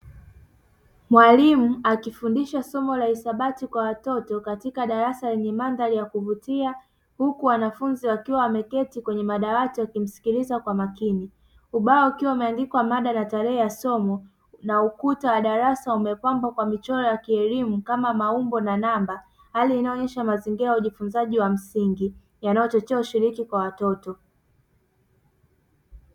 Mwalimu akifundisha somo la hisabati kwa watoto katika darasa lenye mandhari ya kuvutia, huku wanafunzi wakiwa wameketi kwenye madawati wakimsikiliza kwa makini. Ubao ukiwa umeandikwa mada na tarehe ya somo na ukuta wa darasa umepambwa kwa michoro ya kielimu kama maumbo na namba, hali inayoonyesha mazingira ya ujifunzaji wa msingi yanayochochea ushiriki kwa watoto.